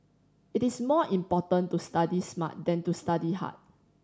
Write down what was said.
it is more important to study smart than to study hard